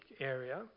area